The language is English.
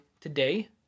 today